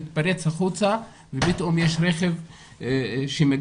מתפרץ החוצה ופתאום יש רכב שמגיע.